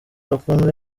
bakunzwe